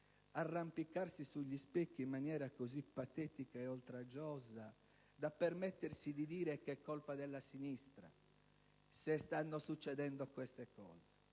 arrampicarsi sugli specchi in maniera così patetica e oltraggiosa da permettersi di dire che è colpa della sinistra se stanno succedendo queste cose;